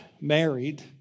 married